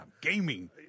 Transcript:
Gaming